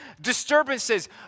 disturbances